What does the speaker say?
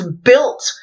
built